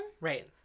Right